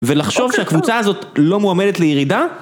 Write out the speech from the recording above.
ולחשוב שהקבוצה הזאת לא מועמדת לירידה?